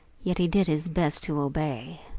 yet he did his best to obey.